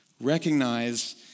Recognize